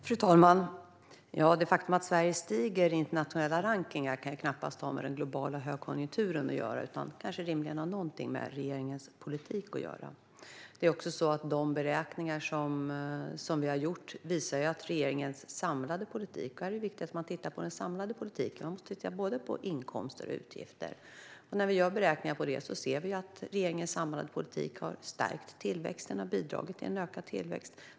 Fru talman! Det faktum att Sverige stiger i internationella rankningar kan knappast ha med den globala högkonjunkturen att göra utan har rimligen någonting med regeringens politik att göra. De beräkningar vi har gjort visar regeringens samlade politik. Det är viktigt att titta på den samlade politiken. Man måste titta på både inkomster och utgifter. När vi gör våra beräkningar syns det att regeringens samlade politik har stärkt tillväxten och bidragit till en ökad tillväxt.